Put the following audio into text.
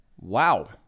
Wow